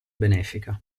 benefica